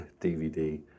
DVD